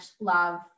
love